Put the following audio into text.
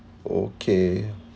okay